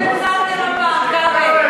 תודה שהפסדתם הפעם, כבל.